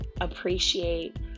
appreciate